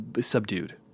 subdued